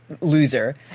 loser